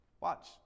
Watch